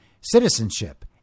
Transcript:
citizenship